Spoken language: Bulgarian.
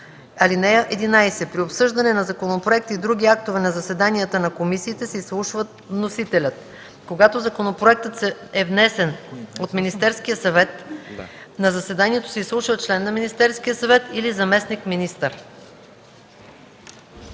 (11) При обсъждане на законопроекти и други актове на заседанията на комисиите се изслушва вносителят. Когато законопроектът е внесен от Министерския съвет на заседанието се изслушва член на Министерския съвет или заместник-министър.”